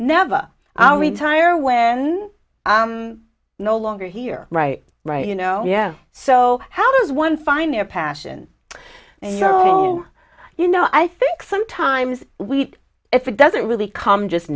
never i'll retire when i'm no longer here right right you know yeah so how does one find their passion and you're all you know i think sometimes we if it doesn't really come just